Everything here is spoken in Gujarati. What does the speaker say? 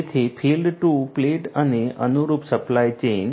તેથી ફીલ્ડ ટુ પ્લેટ અને અનુરૂપ સપ્લાય ચેઇન